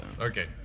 Okay